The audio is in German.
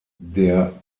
der